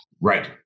Right